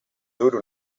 duro